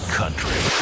country